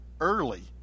early